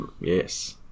yes